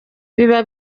biba